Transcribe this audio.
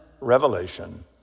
revelation